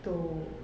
to